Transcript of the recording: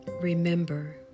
Remember